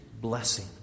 blessing